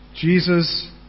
Jesus